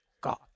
God